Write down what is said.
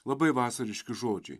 labai vasariški žodžiai